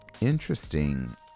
interesting